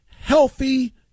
healthy